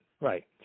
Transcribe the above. Right